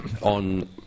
on